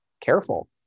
careful